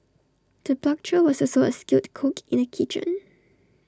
the butcher was also A skilled cook in the kitchen